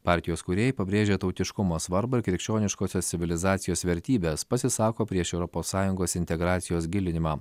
partijos kūrėjai pabrėžia tautiškumo svarbą ir krikščioniškosios civilizacijos vertybes pasisako prieš europos sąjungos integracijos gilinimą